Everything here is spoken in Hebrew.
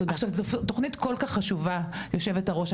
זו תוכנית כל כך חשובה, יושבת-הראש.